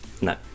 No